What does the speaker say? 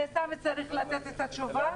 סמי צריך לתת את התשובה.